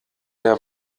der